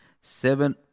seven